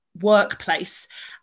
workplace